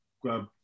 grab